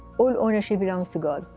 all ownership belongs to god.